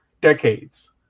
decades